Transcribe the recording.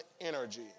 energy